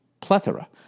plethora